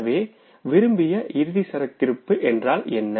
எனவே desired closing stock என்றால் என்ன